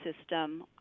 system